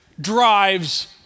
drives